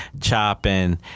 chopping